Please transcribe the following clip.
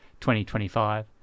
2025